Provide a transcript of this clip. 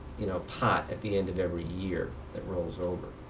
you know, pot at the end of every year that rolls over.